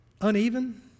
uneven